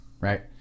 Right